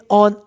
on